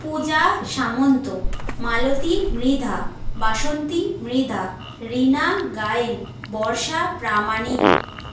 Puja Samanta Malati Mridha Basanti Mridha Rina Gayen Barsha Pramanik